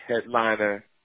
headliner